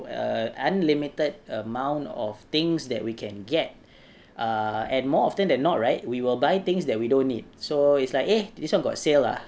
err unlimited amount of things that we can get uh and more often than not right we will buy things that we don't need so it's like eh this [one] got sale ah